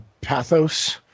pathos